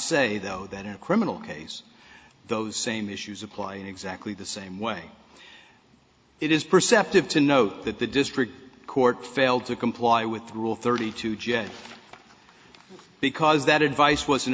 say though that in a criminal case those same issues apply in exactly the same way it is perceptive to note that the district court failed to comply with rule thirty two general because that advice was